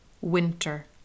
winter